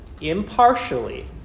impartially